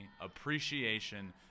appreciation